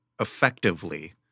effectively